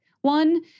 one